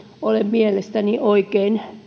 ole mielestäni oikein